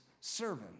servant